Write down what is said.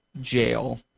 jail